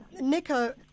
Nico